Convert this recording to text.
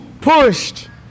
pushed